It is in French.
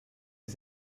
les